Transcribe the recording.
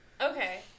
Okay